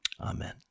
Amen